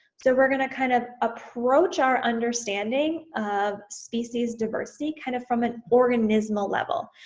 so we're gonna kind of approach our understanding of species diversity kind of from an organismal level.